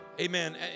Amen